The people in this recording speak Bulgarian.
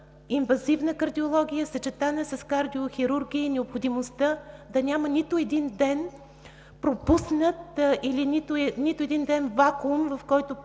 инвазивна кардиология, съчетана с кардиохирургия, и необходимостта да няма нито един пропуснат, нито един ден вакуум, в който